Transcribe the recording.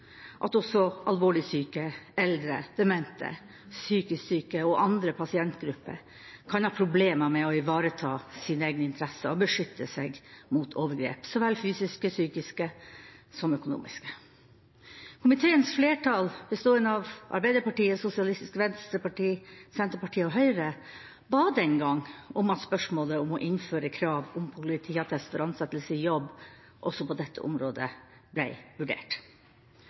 at også alvorlig syke, eldre, demente, psykisk syke og andre pasientgrupper kan ha problemer med å ivareta sine egne interesser og beskytte seg mot overgrep, så vel fysiske og psykiske som økonomiske. Komiteens flertall, bestående av Arbeiderpartiet, SV, Senterpartiet og Høyre, ba den gang om at spørsmålet om å innføre krav om politiattest for ansettelse i jobb også på dette området ble vurdert.